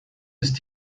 ist